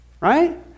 right